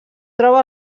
troba